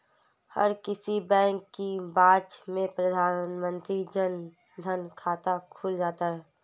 हर किसी बैंक की ब्रांच में प्रधानमंत्री जन धन खाता खुल जाता है